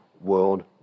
World